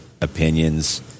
opinions